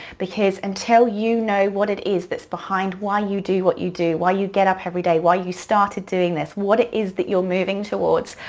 because until you know what it is that's behind why you do what you do, why you get up every day, why you started doing this, what it is that you're moving towards,